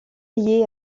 lié